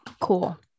Cool